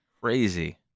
Crazy